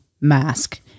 mask